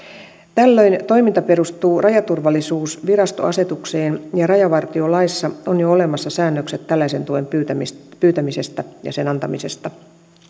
tällöin toiminta perustuu rajaturvallisuusvirastoasetukseen ja rajavartiolaissa on jo olemassa säännökset tällaisen tuen pyytämisestä pyytämisestä ja sen antamisesta